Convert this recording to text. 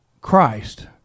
Christ